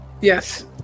Yes